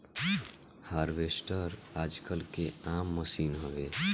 harvester आजकल के आम मसीन हवे